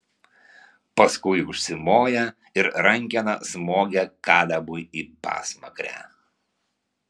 paskui užsimoja ir rankena smogia kalebui į pasmakrę